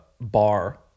bar